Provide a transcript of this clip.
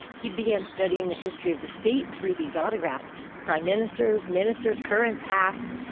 he began studying the history of the state through these autographs prime ministers, ministers, current, past.